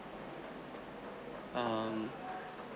err